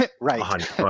right